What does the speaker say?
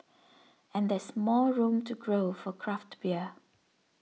and there's more room to grow for craft beer